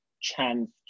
chance